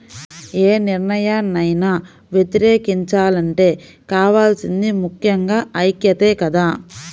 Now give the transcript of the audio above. యే నిర్ణయాన్నైనా వ్యతిరేకించాలంటే కావాల్సింది ముక్కెంగా ఐక్యతే కదా